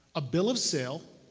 a bill of sale,